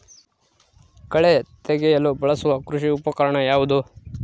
ಕಳೆ ತೆಗೆಯಲು ಬಳಸುವ ಕೃಷಿ ಉಪಕರಣ ಯಾವುದು?